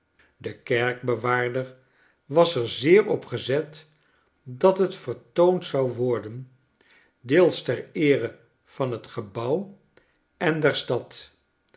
de kerkbewaarder was er zeer op gezet dat het vertoond zou worden deels ter eere van het gebouw en der stad